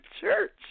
Church